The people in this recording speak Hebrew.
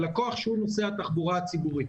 הלקוח שהוא נוסע התחבורה הציבורית.